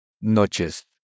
Noches